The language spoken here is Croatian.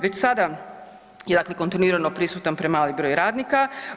Već sada je dakle, kontinuirano prisutan premali broj radnika.